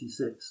1986